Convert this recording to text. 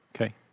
Okay